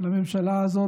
לממשלה הזאת,